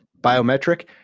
biometric